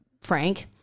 frank